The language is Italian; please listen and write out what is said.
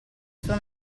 sua